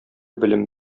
белем